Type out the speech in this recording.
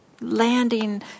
landing